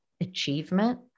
achievement